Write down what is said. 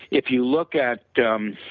if you look at um